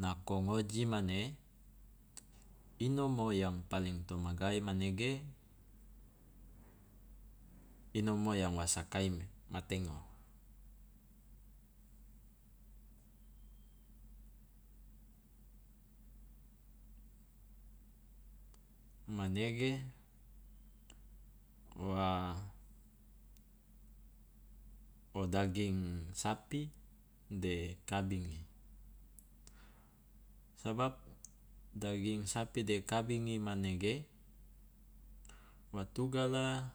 Nako ngoji mane, inomo yang paling to magae manege inomo yang wa sakai matengo. Manege wa o daging sapi de kabingi, sabab daging sapi de kabingi manege wa tugala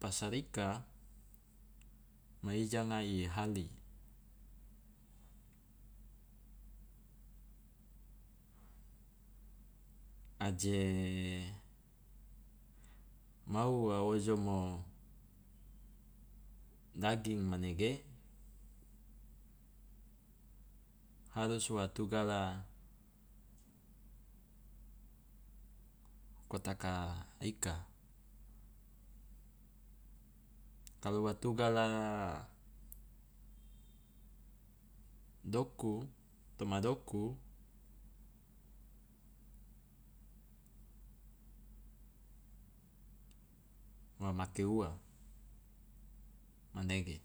pasar ika ma ijanga i hali, aje mau wa ojomo daging manege harus wa tugala kotaka ika, kalu wa tugala doku toma doku wa make ua, manege.